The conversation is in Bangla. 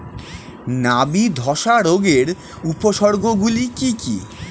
নাবি ধসা রোগের উপসর্গগুলি কি কি?